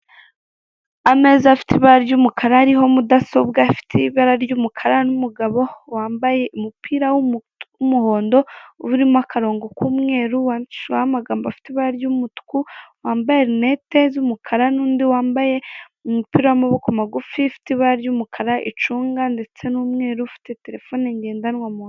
Ameza afite ibara ry'umukara ariho mudasobwa ifite ibara ry'umukara n'umugabo wambaye umupira w'umuhondo urimo akarongo k'umweru wandikishijweho amagambo afite ibara ry'umutuku wambaye lunette z'umukara nundi wambaye umupira w'amaboko magufi ufite ibara ry'umukara, icunga ndetse n'umweru ufite terefone ngendanwa mu.